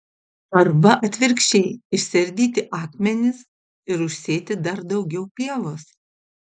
arba atvirkščiai išsiardyti akmenis ir užsėti dar daugiau pievos